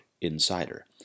INSIDER